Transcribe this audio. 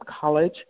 College